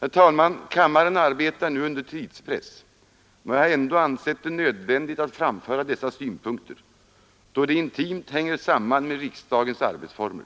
Herr talman! Kammaren arbetar nu under tidspress, men jag har ändå ansett det nödvändigt att framföra dessa synpunkter då de intimt hänger samman med riksdagens arbetsformer.